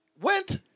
went